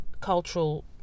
cultural